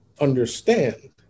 understand